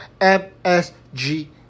MSG